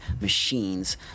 machines